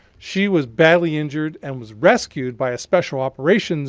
she was badly injured and was rescued by a special operations